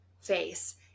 face